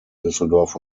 düsseldorf